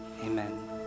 Amen